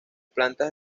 plantas